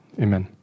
amen